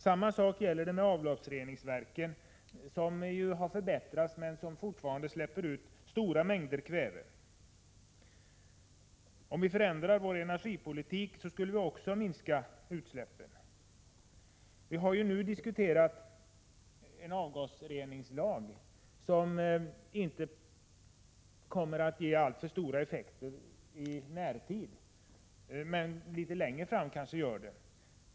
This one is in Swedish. Samma sak gäller avloppsreningsverken, som visserligen har förbättrats men som fortfarande släpper ut stora mängder kväve. Om vi förändrade vår energipolitik skulle vi också minska utsläppen. Vi har nu diskuterat en avgasreningslag, som i en nära framtid inte kommer ge alltför stora effekter men som litet längre fram kanske kommer att göra det.